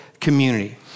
community